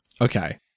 Okay